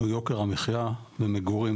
יוקר המחייה ומגורים,